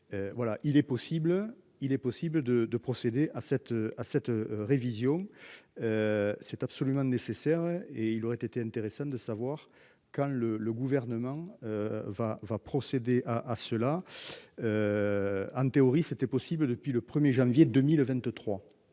il est possible de, de procéder à cette à cette révision. C'est absolument nécessaire et il aurait été intéressant de savoir quand le le gouvernement. Va va procéder à à ceux-là. En théorie c'était possible depuis le 1er janvier 2023.